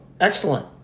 excellent